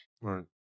Right